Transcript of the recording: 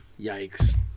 Yikes